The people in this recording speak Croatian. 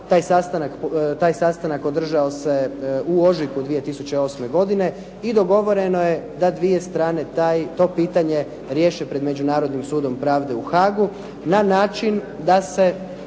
Taj sastanak održao se u ožujku 2008. godine i dogovoreno je da dvije strane to pitanje riješe pred Međunarodnim sudom pravde u Haagu na način da